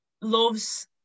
loves